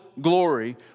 glory